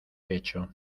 pecho